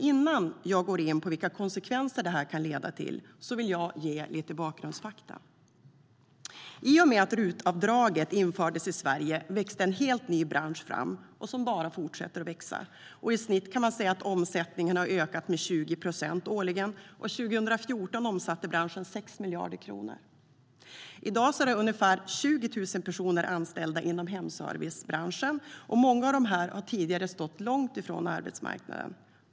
Innan jag går in på vilka konsekvenser det här kan leda till vill jag ge lite bakgrundsfakta.I dag är det ungefär 20 000 personer som är anställda inom hemservicebranschen, och många av dem har tidigare stått långt ifrån arbetsmarknaden.